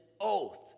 oath